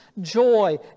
joy